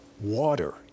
water